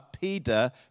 Peter